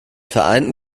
vereinten